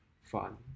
fun